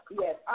Yes